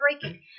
breaking